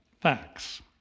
facts